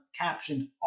captioned